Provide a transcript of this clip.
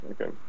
Okay